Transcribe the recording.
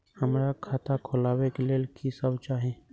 हमरा खाता खोलावे के लेल की सब चाही?